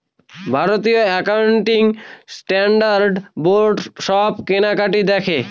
ভারতীয় accounting standard board সব কেনাকাটি দেখে